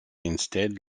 instead